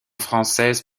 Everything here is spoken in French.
française